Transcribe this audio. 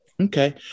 Okay